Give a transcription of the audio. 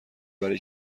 برای